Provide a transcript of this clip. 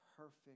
perfect